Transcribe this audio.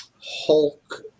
Hulk